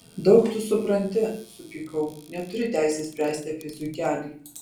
daug tu supranti supykau neturi teisės spręsti apie zuikelį